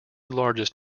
largest